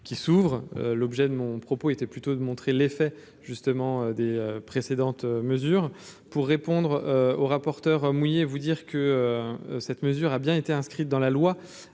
qui s'ouvre, l'objet de mon propos était plutôt de montrer les faits justement des précédentes mesures pour répondre au rapporteur mouillé, vous dire que cette mesure a bien été inscrite dans la loi,